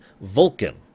Vulcan